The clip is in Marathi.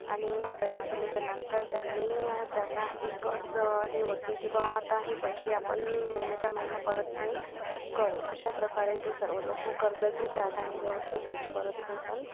आणि तयार केल्याच्या नंतर त्यांनी त्यांना एकच हे होते की बा आता हे पैसे आपण महिन्याच्या महिना परतफेड करू अशाप्रकारे ते सर्व लोक कर्ज घेतात आणि व्यवस्थित त्याची परतफेड पण